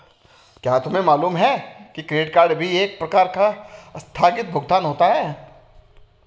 क्या तुम्हें मालूम है कि क्रेडिट भी एक प्रकार का आस्थगित भुगतान होता है?